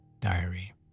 diary